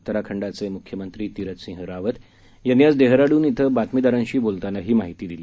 उत्तराखंडाचे मुख्यमंत्री तीरथ सिंह रावत यांनी आज डेहराडून इथं बातमीदारांशी बोलताना ही माहिती दिली